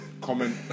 comment